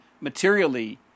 materially